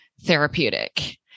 therapeutic